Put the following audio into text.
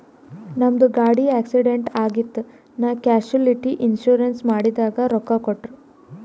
ನಮ್ದು ಗಾಡಿ ಆಕ್ಸಿಡೆಂಟ್ ಆಗಿತ್ ನಾ ಕ್ಯಾಶುಲಿಟಿ ಇನ್ಸೂರೆನ್ಸ್ ಮಾಡಿದುಕ್ ರೊಕ್ಕಾ ಕೊಟ್ಟೂರ್